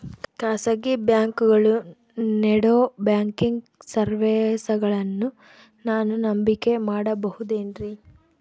ಖಾಸಗಿ ಬ್ಯಾಂಕುಗಳು ನೇಡೋ ಬ್ಯಾಂಕಿಗ್ ಸರ್ವೇಸಗಳನ್ನು ನಾನು ನಂಬಿಕೆ ಮಾಡಬಹುದೇನ್ರಿ?